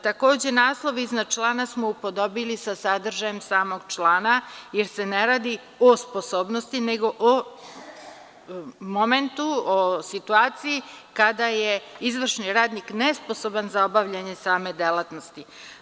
Takođe, naslov iznad člana smo upodobili sa sadržajem samog člana, jer se ne radi o sposobnosti, nego o momentu, o situaciji kada je izvršni radnik nesposoban za obavljanje same delatnosti.